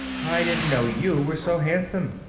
i didn't know you were so handsome!